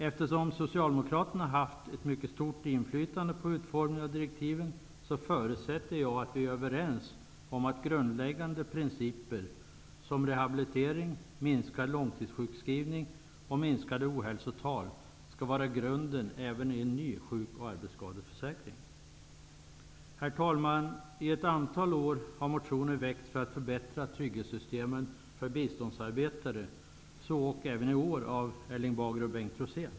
Eftersom Socialdemokraterna haft ett mycket stort inflytande på utformningen av direktiven förutsätter jag att vi är överens om att grundläggande principer som rehabilitering, minskad långtidssjukskrivning och minskade ohälsotal skall vara grunden även i en ny sjuk och arbetsskadeförsäkring. Herr talman! I ett antal år har motioner väckts för att förbättra trygghetssystemen för biståndsarbetare, så även i år av Erling Bager och Bengt Rosén.